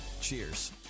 Cheers